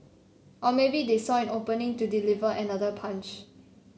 or maybe they saw an opening to deliver another punch